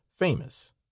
famous